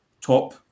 top